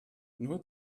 nur